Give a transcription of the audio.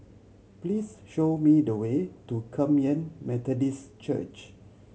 please show me the way to Kum Yan Methodist Church